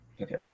Okay